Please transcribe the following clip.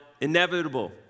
inevitable